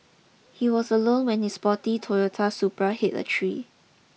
he was alone when his sporty Toyota Supra hit a tree